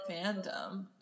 fandom